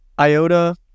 Iota